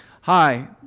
Hi